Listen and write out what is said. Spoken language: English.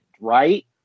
right